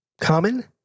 Common